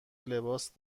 لباس